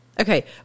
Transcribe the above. Okay